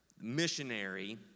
missionary